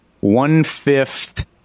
one-fifth